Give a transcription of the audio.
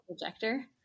projector